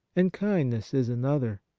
and kindness is another.